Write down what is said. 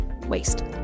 waste